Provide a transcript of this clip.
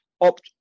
opt